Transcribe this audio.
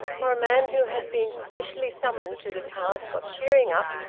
for a man who had been specially summoned to the task of cheering up,